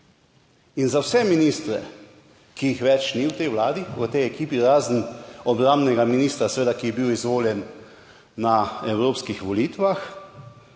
in za vse ministre, ki jih več ni v tej Vladi, v tej ekipi, razen obrambnega ministra, seveda, ki je bil izvoljen na evropskih volitvah,